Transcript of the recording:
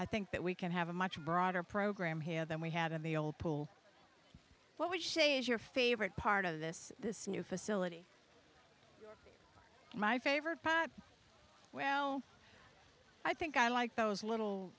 i think that we can have a much broader program here than we had in the old pool what would you say is your favorite part of this this new facility and my favorite part well i think i like those little